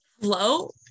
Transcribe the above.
hello